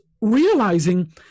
realizing